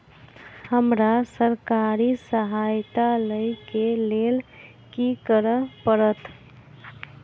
हमरा सरकारी सहायता लई केँ लेल की करऽ पड़त?